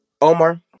Omar